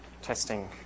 Testing